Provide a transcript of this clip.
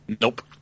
Nope